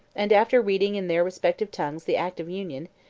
and, after reading in their respective tongues the act of union,